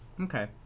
Okay